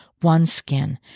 OneSkin